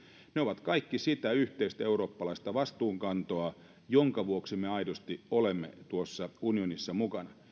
ovat kaikki sitä yhteistä eurooppalaista vastuunkantoa jonka vuoksi me aidosti olemme tuossa unionissa mukana